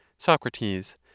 SOCRATES